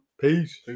Peace